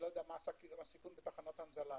מה הסיכון בתחנות הנזלה.